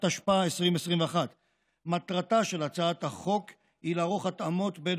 התשפ"א 2021. מטרתה של הצעת החוק היא לערוך התאמות בין